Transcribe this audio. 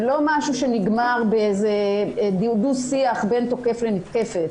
זה לא משהו שנגמר באיזה דו שיח בין תוקף לנתקפת.